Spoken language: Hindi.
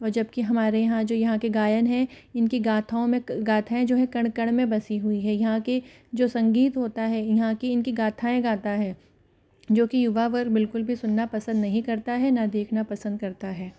और जबकी हमारे यहाँ जो यहाँ के गायन हैं इनकी गाथाओं में गाथाएँ जो है कण कण में बसी हुई है यहाँ के जो संगीत होता है यहाँ के इनकी गाथाएँ गाता है जो की युवा वर्ग बिलकुल भी सुनना पसंद नहीं करता है ना देखना पसंद करता है